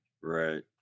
Right